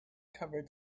covered